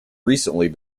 recently